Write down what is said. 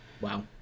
Wow